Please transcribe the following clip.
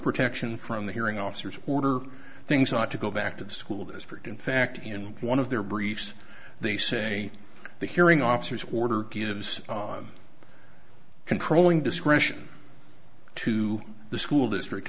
protection from the hearing officers order things ought to go back to the school district in fact in one of their briefs they say the hearing officers order gives on controlling discretion to the school district